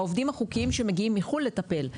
בעובדים החוקיים שמגיעים מחו"ל לטפל.